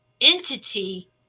entity